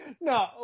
No